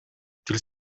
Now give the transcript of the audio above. тил